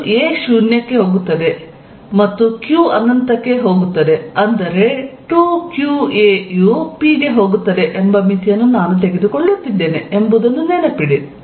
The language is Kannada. ಮತ್ತು 'a 0 ಗೆ ಹೋಗುತ್ತದೆ' ಮತ್ತು 'q ಅನಂತಕ್ಕೆ ಹೋಗುತ್ತದೆ' ಅಂದರೆ '2qa ಯು p ಗೆ ಹೋಗುತ್ತದೆ' ಎಂಬ ಮಿತಿಯನ್ನು ನಾನು ತೆಗೆದುಕೊಳ್ಳುತ್ತಿದ್ದೇನೆ ಎಂಬುದನ್ನು ನೆನಪಿಡಿ